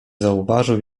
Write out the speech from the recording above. zauważył